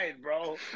bro